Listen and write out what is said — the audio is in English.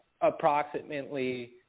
approximately